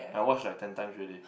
I watch like ten times ready